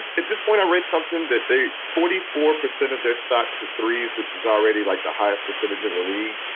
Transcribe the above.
and at this point, i read something that they forty four percent of their soxers threes, which is already like the highest percentage in the league.